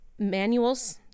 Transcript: Manuals